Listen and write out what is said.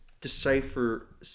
decipher